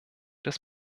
des